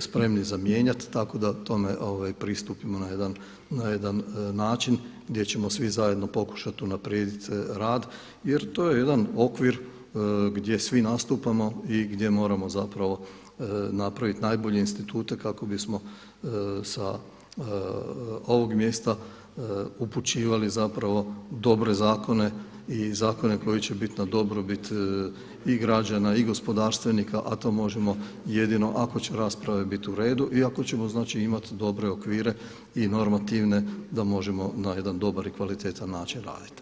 spremni za mijenjati, tako da tome pristupimo na jedan način gdje ćemo svi zajedno pokušati unaprijediti rad jer to je jedan okvir gdje svi nastupamo i gdje moramo napraviti najbolje institute kako bismo sa ovog mjesta upućivali zapravo dobre zakone i zakone koji će biti na dobrobit i građana i gospodarstvenika, a to možemo jedino ako će rasprave biti uredu i ako ćemo imati dobre okvire i normativne da možemo na jedan dobar i kvalitetan način raditi.